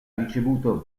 ricevuto